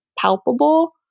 palpable